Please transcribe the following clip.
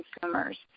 consumers